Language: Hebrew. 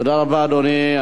תודה רבה, אדוני.